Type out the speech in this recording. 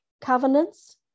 covenants